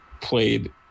played